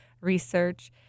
research